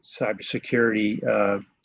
cybersecurity